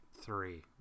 three